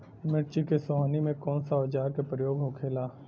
मिर्च के सोहनी में कौन सा औजार के प्रयोग होखेला?